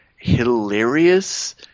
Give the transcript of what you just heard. hilarious